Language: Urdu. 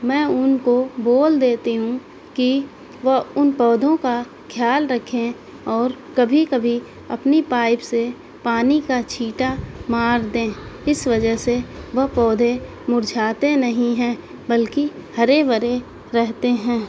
میں ان کو بول دیتی ہوں کہ وہ ان پودوں کا خیال رکھیں اور کبھی کبھی اپنی پائپ سے پانی کا چھینٹا مار دیں اس وجہ سے وہ پودے مرجھاتے نہیں ہیں بلکہ ہرے بھرے رہتے ہیں